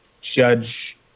Judge